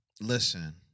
listen